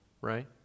right